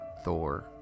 Thor